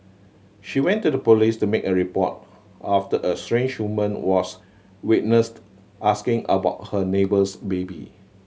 she went to the police to make a report after a strange woman was witnessed asking about her neighbour's baby